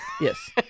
Yes